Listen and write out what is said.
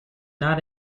not